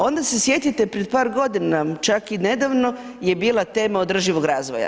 Onda se sjetite pred par godina, čak i nedavno je bila tema održivog razvoja.